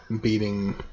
beating